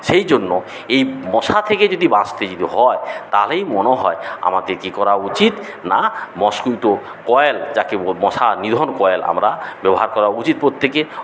সেই জন্য এই মশা থেকে যদি বাঁচতে যদি হয় তাহলে মনে হয় আমাদের কী করা উচিত না মসকিউটো কয়েল যাকে মশা নিধন কয়েল আমরা ব্যবহার করা উচিত প্রত্যেকের